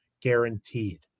guaranteed